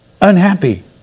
unhappy